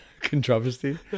controversy